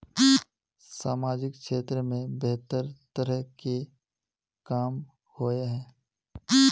सामाजिक क्षेत्र में बेहतर तरह के काम होय है?